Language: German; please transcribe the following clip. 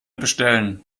bestellen